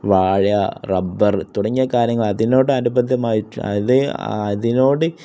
വാഴ റബ്ബർ തുടങ്ങിയ കാര്യങ്ങൾ അതിനോട് അനുബന്ധമായി അത് അതിനോട്